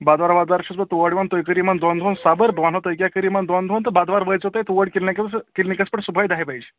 بۄدوار ۄدوار چھُس بہٕ تور یِوان تُہۍ کٔرِو یِمَن دۄن دۄہَن صبٕر بہٕ وَنہو تُہۍ کیٛاہ کٔرِو یِمَن دۄن دۄہَن تہٕ بۄدوار وٲتۍ زیو تُہۍ توٗرۍ کِلنِکَسہٕ کِلنِکَس پٮ۪ٹھ صُبحٲے دَہہِ بَجہِ